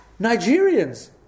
Nigerians